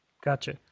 gotcha